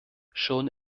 schon